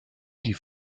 die